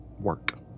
work